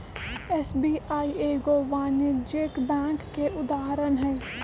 SBI एगो वाणिज्यिक bank के उदाहरण हइ